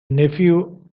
nephew